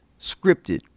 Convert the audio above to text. scripted